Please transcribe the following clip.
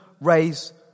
raise